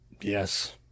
Yes